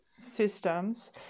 systems